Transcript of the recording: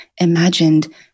imagined